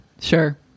Sure